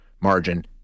margin